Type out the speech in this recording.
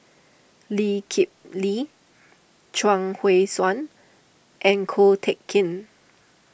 Lee Kip Lee Chuang Hui Tsuan and Ko Teck Kin